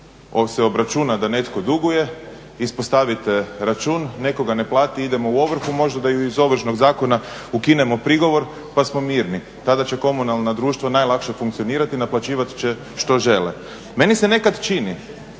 se obračuna da netko duguje, ispostavite račun, netko ga ne plati, idemo u ovrhu, možda da i iz Ovršnog zakona ukinemo prigovor pa smo mirni. Tada će komunalna društva najlakše funkcionirati i naplaćivat će što žele. Meni se nekad čini